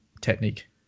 technique